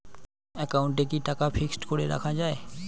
একাউন্টে কি টাকা ফিক্সড করে রাখা যায়?